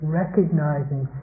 recognizing